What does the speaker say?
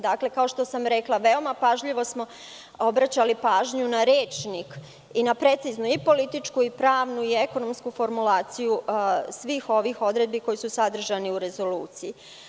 Dakle, kao što sam rekla, veoma pažljivo smo obraćali pažnju na rečnik i na preciznu i političku, pravnu, ekonomsku formulaciju svih ovih odredbi koje su sadržane u rezoluciji.